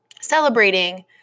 celebrating